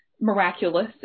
miraculous